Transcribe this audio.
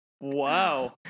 Wow